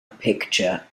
picture